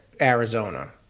Arizona